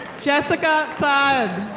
jessica saade.